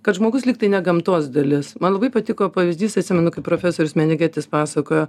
kad žmogus lyg tai ne gamtos dalis man labai patiko pavyzdys atsimenu kaip profesorius menegetis pasakojo